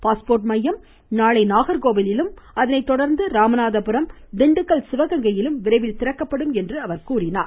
passport மையம் நாளை நாகர்கோவிலிலும் அதனைதொடா்ந்து ராமநாதபுரம் திண்டுக்கல் சிவகங்கையிலும் விரைவில் திறக்கப்படும் என்றார்